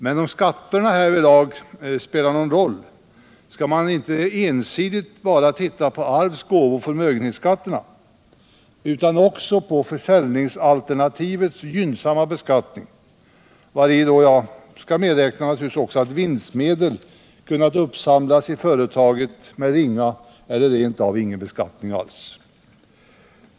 Men om skatterna härvidlag spelar någon roll, skall man inte ensidigt bara se på arvs-, gåvooch förmögenhetsskatterna utan även på försäljningsalternativets gynnsamma beskattning, varvid då också skall medräknas att vinstmedel kunnat uppsamlas i företaget med ringa eller rent av ingen beskattning alls.